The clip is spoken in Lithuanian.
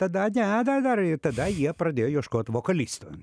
tada ne dar dar ir tada jie pradėjo ieškot vokalisto